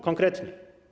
Konkretnie.